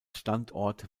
standort